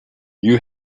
you